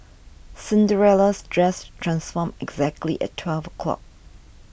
Cinderella's dress transformed exactly at twelve o'clock